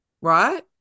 Right